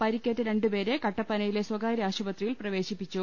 പരിക്കേറ്റ രണ്ടുപേരെ കട്ടപ്പ നയിലെ സ്വകാര്യ ആശുപത്രിയിൽ പ്രവേശിപ്പിച്ചു